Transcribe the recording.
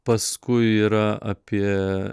paskui yra apie